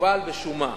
מוגבל בשומה.